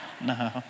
No